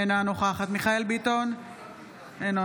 אינה נוכחת מיכאל מרדכי ביטון,